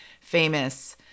famous